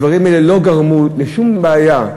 הדברים האלה לא גרמו לשום בעיה.